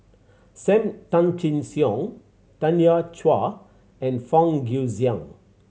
Sam Tan Chin Siong Tanya Chua and Fang Guixiang